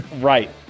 Right